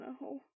no